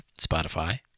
Spotify